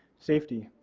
safety.